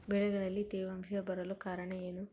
ಬೆಳೆಗಳಲ್ಲಿ ತೇವಾಂಶ ಬರಲು ಕಾರಣ ಏನು?